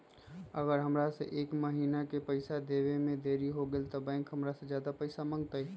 अगर हमरा से एक महीना के पैसा देवे में देरी होगलइ तब बैंक हमरा से ज्यादा पैसा मंगतइ?